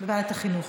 בוועדת החינוך.